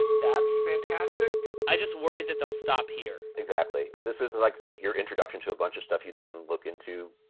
that's fantastic i just worry that they'll stop here exactly. if this is like your introduction to a bunch of stuff, you then look into.